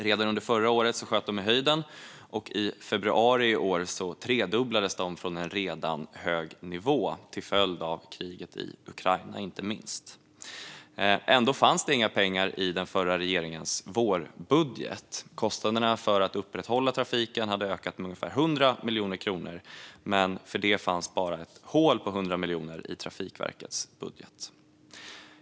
Redan under förra året sköt de i höjden, och i februari i år tredubblades de från en redan hög nivå inte minst till följd av kriget i Ukraina. Ändå fanns det inga pengar i den förra regeringens vårbudget. Kostnaderna för att upprätthålla trafiken hade ökat med ungefär 100 miljoner kronor, men för detta fanns bara ett hål på 100 miljoner i Trafikverkets budget.